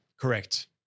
Correct